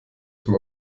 dem